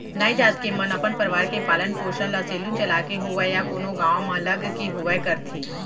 नाई जात के मन अपन परवार के पालन पोसन ल सेलून चलाके होवय या कोनो गाँव म लग के होवय करथे